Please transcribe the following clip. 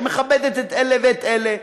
שמכבדת את אלה ואת אלה.